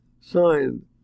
signed